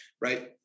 right